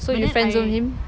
so you friendzone him